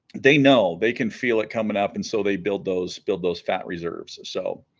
they know they can feel it coming up and so they build those build those fat reserves so